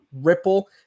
Ripple